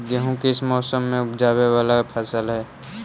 गेहूं किस मौसम में ऊपजावे वाला फसल हउ?